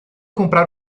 comprar